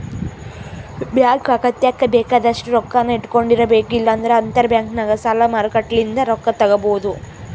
bank ಅಗತ್ಯಕ್ಕ ಬೇಕಾದಷ್ಟು ರೊಕ್ಕನ್ನ ಇಟ್ಟಕೊಂಡಿರಬೇಕು, ಇಲ್ಲಂದ್ರ ಅಂತರಬ್ಯಾಂಕ್ನಗ ಸಾಲ ಮಾರುಕಟ್ಟೆಲಿಂದ ರೊಕ್ಕ ತಗಬೊದು